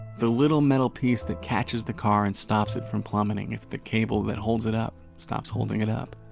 the little metal piece that catches the car and stops it from plummeting if the cable that holds it up stops holding it up.